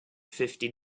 fifty